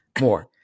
more